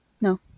no